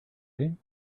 writing